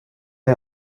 est